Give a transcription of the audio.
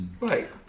Right